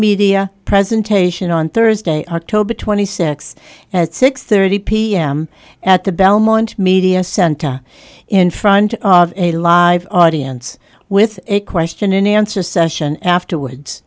multimedia presentation on thursday october twenty sixth at six thirty pm at the belmont media center in front of a live audience with a question and answer session afterwards